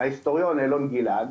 ההיסטוריון אילון גלעד